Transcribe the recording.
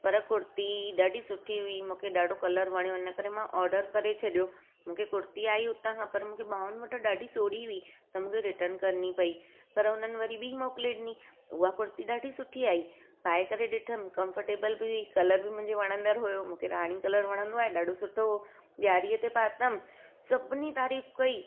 पर कुर्ती ॾाढी सुठी हुई मूंखे ॾाढो कलर वणियो हिन करे मां ऑडर करे छॾियो मूंखे कुर्ती आई हुतां खां पर मूंखे ॿांहुनि वटां ॾाढी सोड़ी हुई त मूंखे रिटर्न करनी पई पर हुननि वरी ॿी मोकिले ॾिनी उहा कुर्ती ॾाढी सुठी आई पाए करे ॾिठमि कम्फटेबल बि हुई कलर मुंहिंजे वणंदड़ु हुयो मूंखे राणी कलर वणंदो आहे ॾाढो सुठो उहो ॾियारीअ ते पातमि सभिनी तारीफ़ कई